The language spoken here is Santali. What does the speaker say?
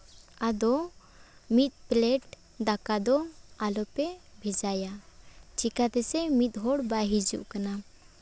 ᱟᱫᱚ ᱢᱤᱫ ᱯᱞᱮᱴ ᱫᱟᱠᱟ ᱟᱞᱚᱯᱮ ᱵᱷᱮᱡᱟᱭᱟ ᱪᱮᱠᱟ ᱛᱮᱥᱮ ᱢᱤᱫ ᱦᱚᱲ ᱵᱟᱭ ᱦᱤᱡᱩᱜ ᱠᱟᱱᱟ